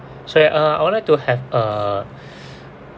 so uh I wanted to have a